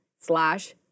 slash